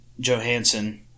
Johansson